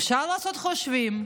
אפשר לעשות חושבים,